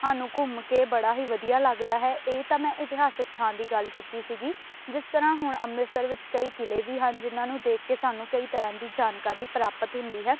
ਸਾਨੂੰ ਘੁੰਮ ਕੇ ਬੜਾ ਹੀ ਵਧੀਆ ਲੱਗਦਾ ਹੈ ਇਹ ਤਾਂ ਮੈਂ ਇਤਿਹਾਸਿਕ ਥਾਂ ਦੀ ਗੱਲ ਕੀਤੀ ਸੀਗੀ ਜਿਸ ਤਰ੍ਹਾਂ ਹੁਣ ਅੰਮ੍ਰਿਤਸਰ ਵਿੱਚ ਕਈ ਕਿਲ੍ਹੇ ਵੀ ਹਨ ਜਿਨ੍ਹਾਂ ਨੂੰ ਦੇਖ ਕੇ ਸਾਨੂੰ ਕਈ ਤਰ੍ਹਾਂ ਦੀ ਜਾਣਕਾਰੀ ਪ੍ਰਾਪਤ ਹੁੰਦੀ ਹੈ